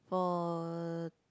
for